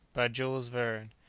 by jules verne.